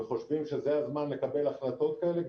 וחושבים שזה הזמן לקבל החלטות כאלה,